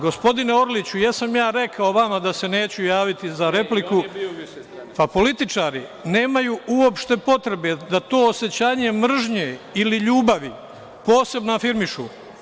Gospodine Orliću, jesam ja rekao vama da se neću javiti za repliku, pa političari nemaju uopšte potrebe da to osećanje mržnje ili ljubavi posebno afirmišu.